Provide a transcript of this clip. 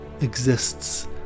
exists